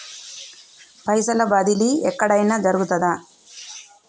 పైసల బదిలీ ఎక్కడయిన జరుగుతదా?